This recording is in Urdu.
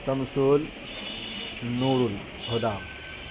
سمسول نورل حدام